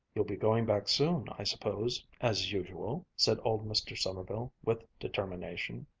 you'll be going back soon, i suppose, as usual! said old mr. sommerville with determination.